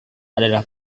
adalah